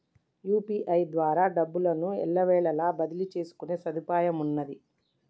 UPI ద్వారా డబ్బును ఎల్లవేళలా బదిలీ చేసుకునే సదుపాయమున్నాది